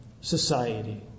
society